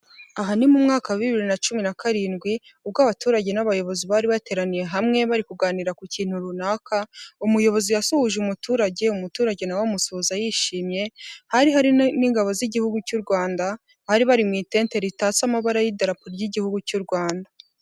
Aha ni mu mwaka wa bibiri na ,cumi na karindwi ubwo abaturage n'abayobozi bari bateraniye hamwe bari kuganira ku kintu runaka, umuyobozi yasuhuje umuturage umuturage nawe we amusuhuza yishimye, hari hari n'ingabo z'igihugu cy'u Rwanda bari bari mu itente ritatse amabara y'idarapo ry'igihugu cy'u Rwanda.